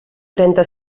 trenta